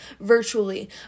virtually